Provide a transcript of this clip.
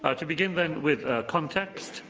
ah to begin, then, with context,